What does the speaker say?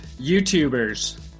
YouTubers